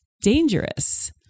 dangerous